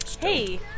Hey